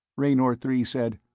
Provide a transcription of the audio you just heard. raynor three said,